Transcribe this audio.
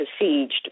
besieged